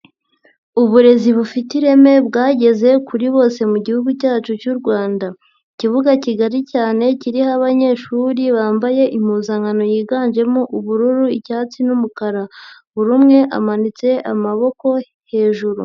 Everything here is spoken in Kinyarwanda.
Uburezi bufite ireme bwageze kuri bose mu gihugu cyacu cy'u Rwanda, ikibuga kigari cyane kiriho abanyeshuri bambaye impuzankano yiganjemo ubururu, icyatsi n'umukara, buri umwe amanitse amaboko hejuru.